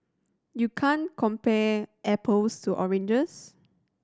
you can't compare apples to oranges